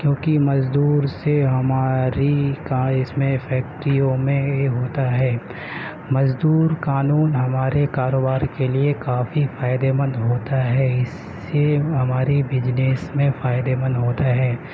کیوں کہ مزدور سے ہماری کا اس میں فیکٹریوں میں یہ ہوتا ہے مزدور قانون ہمارے کاروبار کے لیے کافی فائدہ مند ہوتا ہے اس سے ہماری بزنس میں فائدہ مند ہوتا ہے